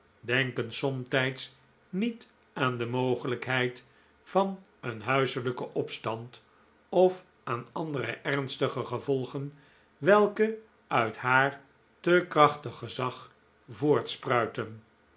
denken somtijds niet aan de mogelijkheid van een huiselijken opstand of aan andere ernstige gevolgen welke uit haar te krachtig gezag